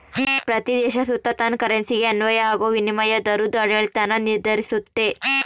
ಪ್ರತೀ ದೇಶ ಸುತ ತನ್ ಕರೆನ್ಸಿಗೆ ಅನ್ವಯ ಆಗೋ ವಿನಿಮಯ ದರುದ್ ಆಡಳಿತಾನ ನಿರ್ಧರಿಸ್ತತೆ